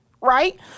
right